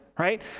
right